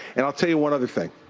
and, i'll tell you one other thing,